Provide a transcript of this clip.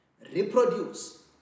reproduce